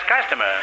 customer